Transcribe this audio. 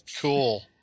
cool